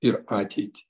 ir ateitį